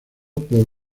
por